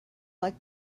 like